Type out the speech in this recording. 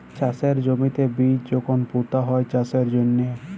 চাষের জমিতে বীজ যখল পুঁতা হ্যয় চাষের জ্যনহে